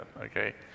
okay